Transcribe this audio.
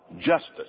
justice